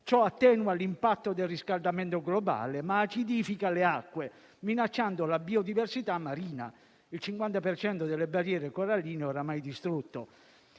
Ciò attenua l'impatto del riscaldamento globale, ma acidifica le acque, minacciando la biodiversità marina. Il 50 per cento delle barriere coralline è oramai distrutto.